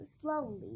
slowly